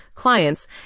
clients